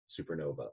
supernova